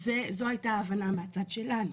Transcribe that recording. זו הייתה ההבנה מהצד שלנו.